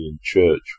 church